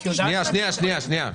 את יודעת --- שנייה, שנייה.